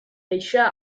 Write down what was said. eisiau